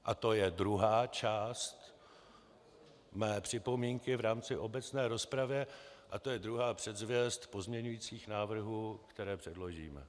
A to je druhá část mé připomínky v rámci obecné rozpravy a to je druhá předzvěst pozměňujících návrhů, které předložíme.